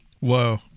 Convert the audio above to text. Whoa